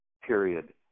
period